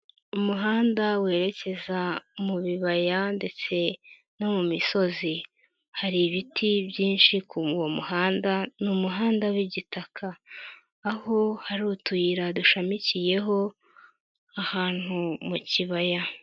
Umuhanda werekeza mu bibaya ndetse no mu misozi, hari ibiti byinshi ku uwo muhanda numuhanda w'igitaka aho hari utuyira dushamikiyeho ahantu mu kibaya.